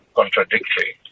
contradictory